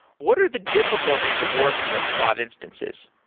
what are the difficulties of working with spot instances?